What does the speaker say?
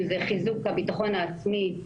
אם זה חיזוק הביטחון העצמי,